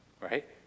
right